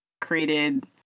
created